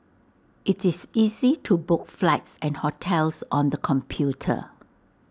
IT is easy to book flights and hotels on the computer